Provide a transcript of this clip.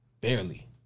Barely